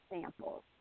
samples